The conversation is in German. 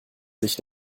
sich